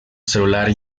celular